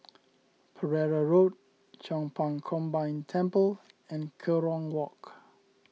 Pereira Road Chong Pang Combined Temple and Kerong Walk